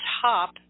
top